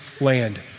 land